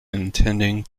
intending